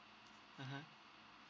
mmhmm